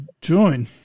join